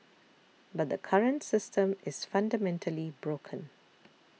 but the current system is fundamentally broken